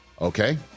Okay